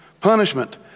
punishment